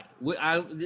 right